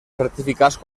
certificats